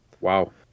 Wow